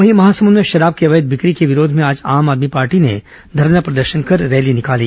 वहीं महासमुंद में शराब की अवैध बिक्री के विरोध में आज आम आदमी पार्टी ने धरना प्रदर्शन कर रैली निकाली